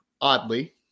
oddly